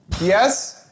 Yes